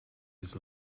his